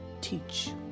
Teach